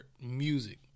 music